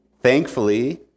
thankfully